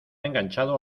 enganchado